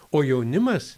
o jaunimas